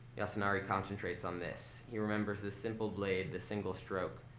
yasunari concentrates on this. he remembers the simple blade, the single stroke,